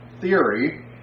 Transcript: theory